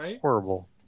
horrible